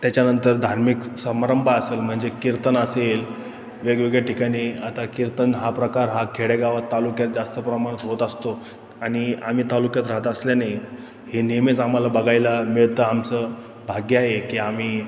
त्याच्यानंतर धार्मिक स समारंभ असंल म्हणजे कीर्तन असेल वेगवेगळ्या ठिकाणी आता कीर्तन हा प्रकार हा खेडेगावात तालुक्यात जास्त प्रमाणात होत असतो आणि आम्ही तालुक्यात राहात असल्याने हे नेहमीच आम्हाला बघायला मिळतं आमचं भाग्य आहे की आम्ही